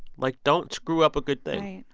like, don't screw up a good thing.